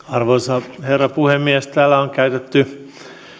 arvoisa herra puhemies täällä on käytetty